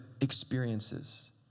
experiences